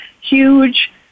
huge